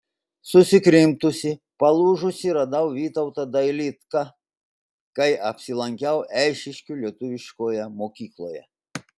susikrimtusį palūžusį radau vytautą dailidką kai apsilankiau eišiškių lietuviškoje mokykloje